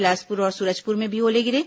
बिलासपुर और सूरजपुर में ओले भी गिरे